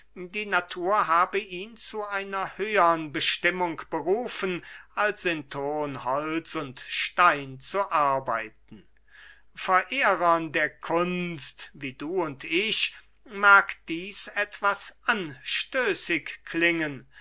die natur habe ihn zu einer höhern bestimmung berufen als in thon holz und stein zu arbeiten verehrern der kunst wie du und ich mag dieß etwas anstößig klingen